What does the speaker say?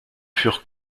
furent